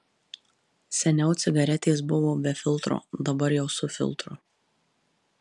seniau cigaretės buvo be filtro dabar jau su filtru